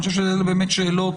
אני חושב שאלה שאלות.